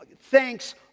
thanks